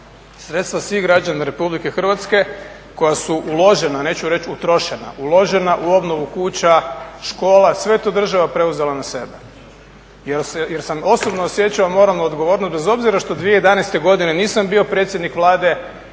sredstva svih građana RH koja su uložena, neću reći utrošena, uložena u obnovu kuća, škola, sve je to država preuzela na sebe jer sam osobno osjećao moralnu odgovornost bez obzira što 2011.godine nisam bio predsjednik Vlade i što